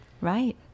Right